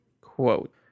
quote